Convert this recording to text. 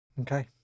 Okay